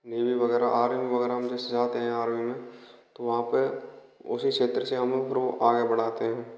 navy वगैरह army वगैरह में जैसे जाते हैं आर्मी में तो वहाँ पर उसी क्षेत्र से हमें फिर वो आगे बढ़ाते हैं